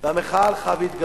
והמחאה הלכה והתגברה.